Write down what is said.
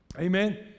Amen